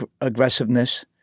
aggressiveness